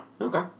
Okay